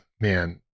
man